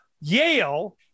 Yale